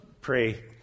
pray